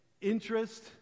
interest